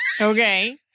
Okay